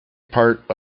part